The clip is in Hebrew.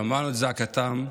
שמענו את זעקתן,